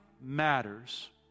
matters